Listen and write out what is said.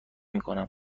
میکنم